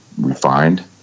refined